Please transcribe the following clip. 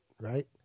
Right